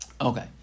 Okay